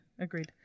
Agreed